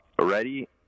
ready